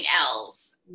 else